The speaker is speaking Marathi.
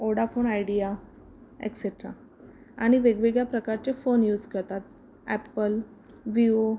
ओडाफोन आयडिया एक्सेट्रा आणि वेगवेगळ्या प्रकारचे फोन यूस करतात अॅप्पल वियो